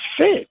fit